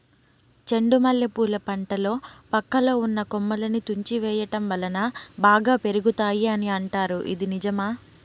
చెండు మల్లె పూల పంటలో పక్కలో ఉన్న కొమ్మలని తుంచి వేయటం వలన బాగా పెరుగుతాయి అని అంటారు ఇది నిజమా?